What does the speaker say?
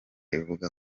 ivuga